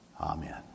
Amen